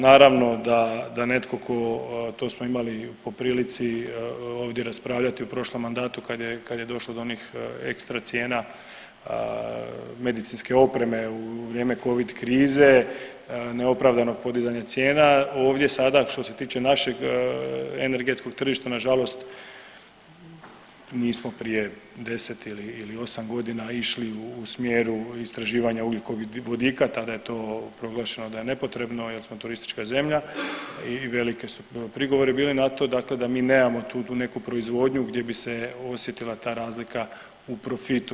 Naravno da neko ko to smo imali po prilici ovdje raspravljati u prošlom mandatu kad je došlo do onih ekstra cijena medicinske opreme u vrijeme covid krize, neopravdanog podizanja cijena, ovdje sada što se tiče našeg energetskog tržišta nažalost nismo prije 10 ili osam godina išli u smjeru istraživanja ugljikovodika, tada je to proglašeno da je nepotrebno jer smo turistička zemlja i velike su prigovori bili na to, dakle da mi nemamo tu neku proizvodnju gdje bi se osjetila ta razlika u profitu.